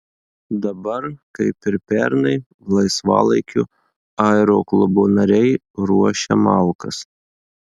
dabar kaip ir pernai laisvalaikiu aeroklubo nariai ruošia malkas